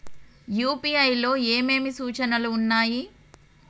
UPI లో ఏమేమి సూచనలు ఉన్నాయి?